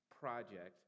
project